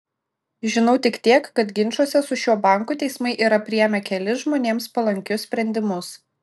žinau tik tiek kad ginčuose su šiuo banku teismai yra priėmę kelis žmonėms palankius sprendimus